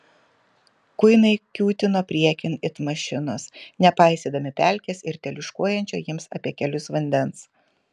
kuinai kiūtino priekin it mašinos nepaisydami pelkės ir teliūškuojančio jiems apie kelius vandens